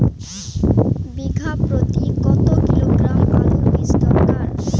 বিঘা প্রতি কত কিলোগ্রাম আলুর বীজ দরকার?